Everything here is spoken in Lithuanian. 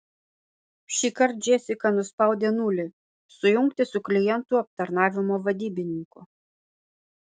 šįkart džesika nuspaudė nulį sujungti su klientų aptarnavimo vadybininku